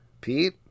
Pete